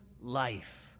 life